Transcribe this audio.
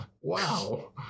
Wow